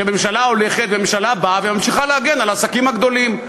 שממשלה הולכת וממשלה באה וממשיכה להגן על העסקים הגדולים.